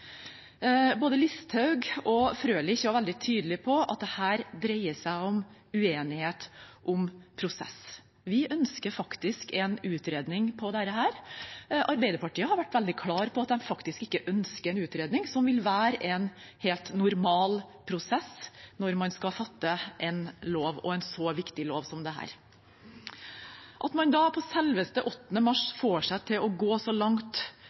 Både statsråd Listhaug og representanten Frølich var veldig tydelige på at dette dreier seg om uenighet om prosess. Vi ønsker faktisk en utredning av dette. Arbeiderpartiet har vært veldig klar på at de faktisk ikke ønsker en utredning, som vil være en helt normal prosess når man skal lage en lov, en så viktig lov, som dette. At man da, på selveste 8. mars, får seg til å gå så langt